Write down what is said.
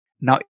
Now